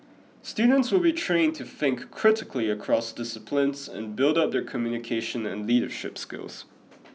students will be trained to think critically across disciplines and build up their communication and leadership skills